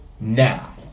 now